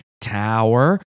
tower